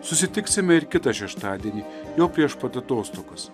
susitiksime ir kitą šeštadienį jau prieš pat atostogas